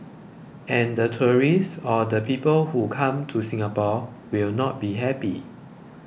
and the tourists or the people who come to Singapore will not be happy